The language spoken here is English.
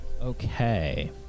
Okay